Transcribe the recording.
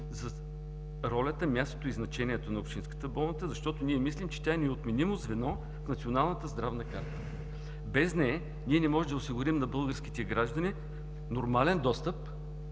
за ролята, мястото и значението на общинската болница, защото мислим, че тя е неотменимо звено в Националната здравна карта. Без нея не можем да осигурим на българските граждани нормален достъп